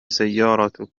سيارتك